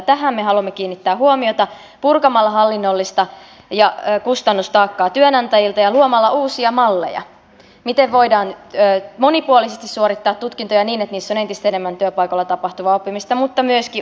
tähän me haluamme kiinnittää huomiota purkamalla hallinnollista ja kustannustaakkaa työnantajilta ja luomalla uusia malleja miten voidaan monipuolisesti suorittaa tutkintoja niin että niissä on entistä enemmän työpaikoilla tapahtuvaa oppimista mutta myöskin uusi koulutussopimuksen malli